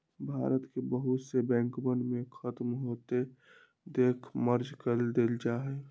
भारत के बहुत से बैंकवन के खत्म होते देख मर्ज कर देयल जाहई